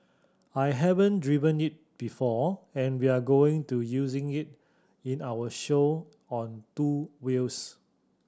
I haven't driven it before and we're going to using it in our show on two wheels